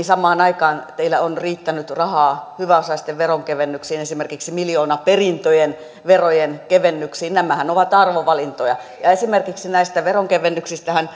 samaan aikaan teillä on riittänyt rahaa hyväosaisten veronkevennyksiin esimerkiksi miljoonaperintöjen verojen kevennyksiin nämähän ovat arvovalintoja ja esimerkiksi näistä veronkevennyksistähän